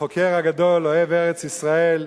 החוקר הגדול, אוהב ארץ-ישראל,